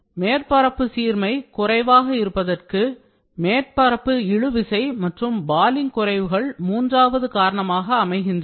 மேற்பரப்பு சீர்மை குறைவாக இருப்பதற்கு மேற்பரப்பு இழுவிசை மற்றும் பாலிங் குறைவுகள் மூன்றாவது காரணமாக அமைகின்றன